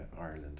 Ireland